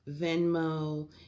Venmo